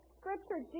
scripture